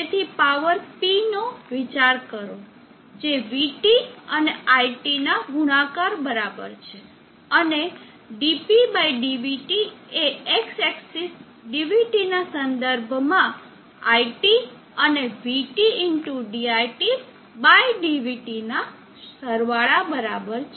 તેથી power P નો વિચાર કરો જે vT અને iT ના ગુણાકાર બરાબર છે અને dpdvT એ X એક્સીસ dvT ના સંદર્ભમાં iT અને vT diT dvT ના સરવાળા બરાબર છે